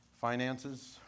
finances